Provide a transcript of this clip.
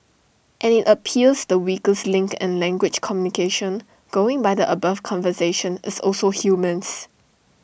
and IT appears the weakest link in language communication going by the above conversation is also humans